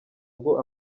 ubwo